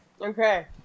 Okay